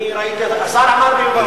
השר אמר "ועדה".